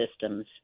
systems